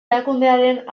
erakundearen